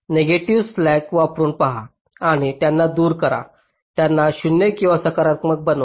negative slacks वापरून पहा आणि त्यांना दूर करा त्यांना 0 किंवा सकारात्मक बनवा